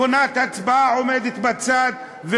מכונת הצבעה עומדת בצד,